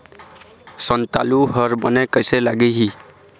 संतालु हर बने कैसे लागिही?